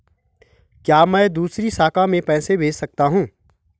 क्या मैं दूसरी शाखा में पैसे भेज सकता हूँ?